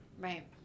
Right